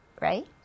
right